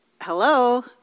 Hello